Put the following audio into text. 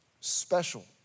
special